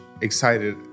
excited